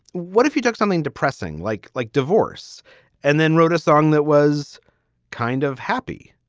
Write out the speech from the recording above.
what if you took something depressing like like divorce and then wrote a song that was kind of happy?